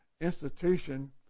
institution